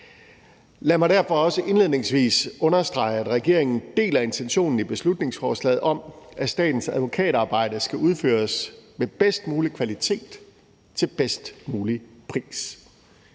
Lad mig derfor også indledningsvis understrege, at regeringen deler intentionen i beslutningsforslaget om, at statens advokatarbejde skal udføres med bedst mulig kvalitet til bedst mulig pris.